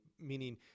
Meaning